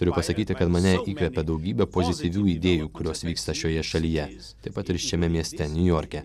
turiu pasakyti kad mane įkvepia daugybė pozityvių idėjų kurios vyksta šioje šalyje taip pat ir šiame mieste niujorke